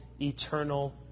eternal